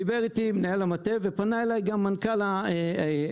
דיבר איתי מנהל המטה ופנה אליי גם מנכ"ל היישוב